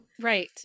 right